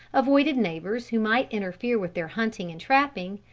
avoided neighbors who might interfere with their hunting and trapping,